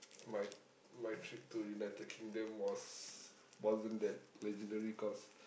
my my trip to United-Kingdom was wasn't that legendary cause